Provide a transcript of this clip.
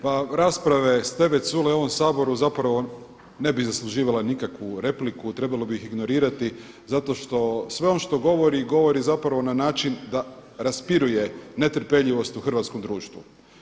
Pa rasprave Steve Culeja u ovom Sabora zapravo ne bi zasluživale nikakvu repliku, trebalo bi ih ignorirati zato što sve on što govori, govori zapravo na način da raspiruje netrpeljivost u hrvatskom društvu.